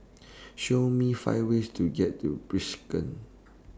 Show Me five ways to get to Bishkek